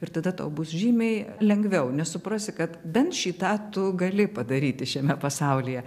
ir tada tau bus žymiai lengviau nes suprasi kad bent šį tą tu gali padaryti šiame pasaulyje